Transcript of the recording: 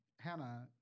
Hannah